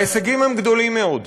וההישגים הם גדולים מאוד.